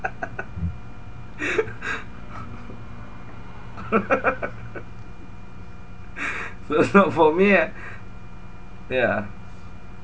so it's not for me ah yeah